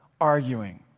arguing